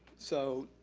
so,